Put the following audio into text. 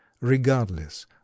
regardless